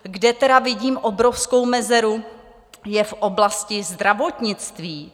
Kde tedy vidím obrovskou mezeru, je v oblasti zdravotnictví.